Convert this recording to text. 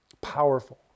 Powerful